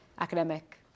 academic